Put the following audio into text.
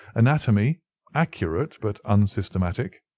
anatomy accurate, but unsystematic.